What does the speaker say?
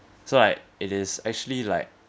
so like it is actually like